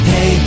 Hey